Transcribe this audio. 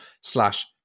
slash